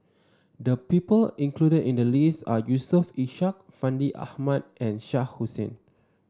the people included in the list are Yusof Ishak Fandi Ahmad and Shah Hussain